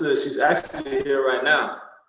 so she's actually here right now.